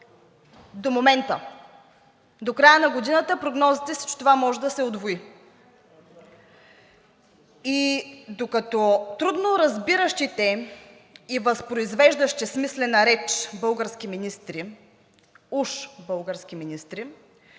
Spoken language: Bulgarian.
до момента, до края на годината прогнозите са, че това може да се удвои. И докато трудно разбиращите и възпроизвеждащи смислена реч български министри – уж български министри,